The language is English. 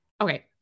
Okay